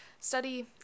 study